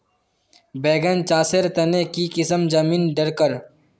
बैगन चासेर तने की किसम जमीन डरकर?